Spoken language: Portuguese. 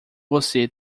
você